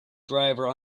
driver